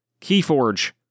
Keyforge